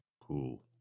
Cool